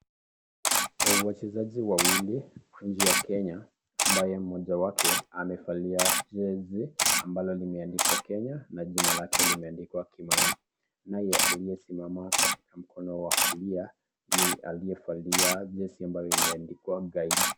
Wachezaji wawili wa nchi ya Kenya ambaye moja wake amevalia jezi ambalo limeandikwa Kenya na jina lake limeandikwa Kimani, naye aliyesimama katika mkono wa kulia ni aliyevalia jezi ambalo limeandikwa guide .